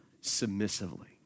submissively